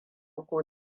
ko